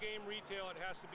game retail it has to